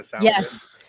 Yes